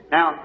Now